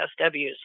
SWS